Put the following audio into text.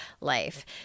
life